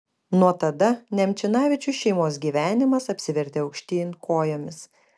nuo tada nemčinavičių šeimos gyvenimas apsivertė aukštyn kojomis